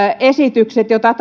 esitykset joita